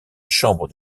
chambre